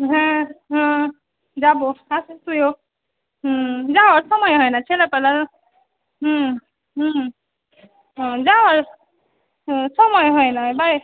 হ্যাঁ হ্যাঁ যাবো আসিস তুইও হুম যাওয়ার সময় হয় না ছেলেপিলে হুম হুম যাওয়ার হুম সময় হয় না বাড়ি